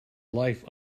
life